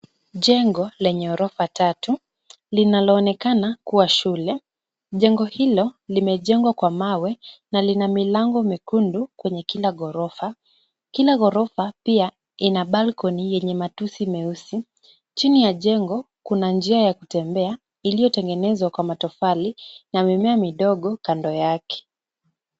Jengo lenye orofa tatu linaloonekana kuwa shule. Jengo hilo limejengwa kwa mawe na lina milango mekundu kwenye kila ghorofa . Kila ghorofa pia Ina [c]balcony [c] yenye matusi meusi. Chini ya jengo, Kuna njia ya kutembea iliyotengenezwa kwa matofali na mimea midogo kando yake .